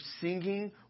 singing